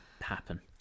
happen